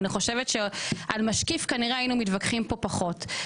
אני חושבת שעל משקיף כנראה היינו מתווכחים פה פחות.